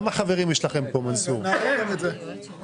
אני לא מהייעוץ המשפטי אבל אני יודע להגיד מה הרקע לדברים.